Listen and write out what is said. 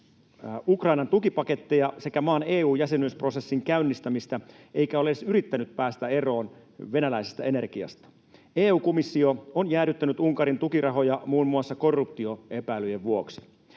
Ukrainan tukipaketteja sekä maan EU-jäsenyysprosessin käynnistämistä eikä ole edes yrittänyt päästä eroon venäläisestä energiasta. EU-komissio on jäädyttänyt Unkarin tukirahoja muun muassa korruptioepäilyjen vuoksi.